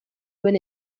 duen